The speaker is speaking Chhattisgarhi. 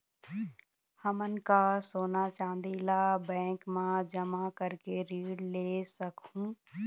हमन का सोना चांदी ला बैंक मा जमा करके ऋण ले सकहूं?